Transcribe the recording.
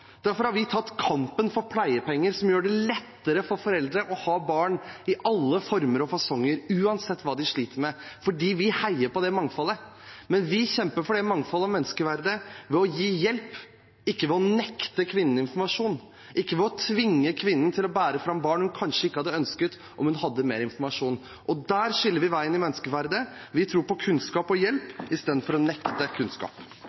Derfor har vi tatt kampen for pleiepenger, som gjør det lettere for foreldre som har barn i alle former og fasonger, uansett hva de sliter med. Vi heier på det mangfoldet. Men vi kjemper for det mangfoldet og menneskeverdet ved å gi hjelp, ikke ved å nekte kvinnene informasjon, ikke ved å tvinge kvinnen til å bære fram et barn hun kanskje ikke hadde ønsket om hun hadde mer informasjon. Der skilles veiene ved menneskeverdet. Vi tror på kunnskap og hjelp i stedet for å nekte kunnskap.